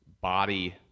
body